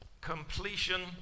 completion